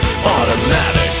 Automatic